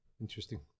Interesting